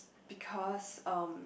because um